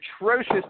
atrocious